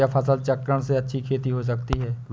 क्या फसल चक्रण से अच्छी खेती हो सकती है?